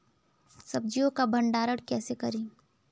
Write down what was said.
सब्जियों का भंडारण कैसे करें?